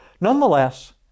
nonetheless